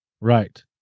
right